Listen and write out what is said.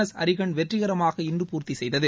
S Arihant வெற்றிகரமாக இன்று பூர்த்தி செய்தது